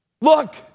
look